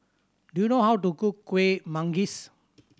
do you know how to cook Kuih Manggis